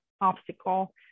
obstacle